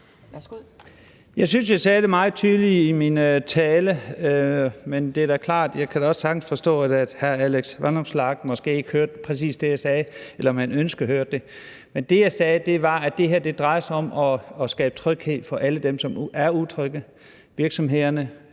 Jeg synes, jeg sagde det meget tydeligt i min tale, men det er da klart, jeg kan også sagtens forstå, at hr. Alex Vanopslagh måske ikke hørte præcis det, jeg sagde, eller ikke ønskede at høre det. Det, jeg sagde, var, at det her drejer sig om at skabe tryghed for alle dem, som er utrygge, altså virksomhederne,